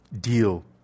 deal